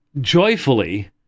joyfully